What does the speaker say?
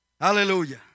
Hallelujah